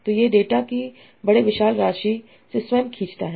तो ये डेटा की बड़े विशाल राशि से स्वयं सीखता है